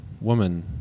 woman